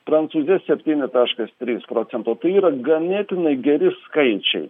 prancūzija septyni taškas trys procento tai yra ganėtinai geri skaičiai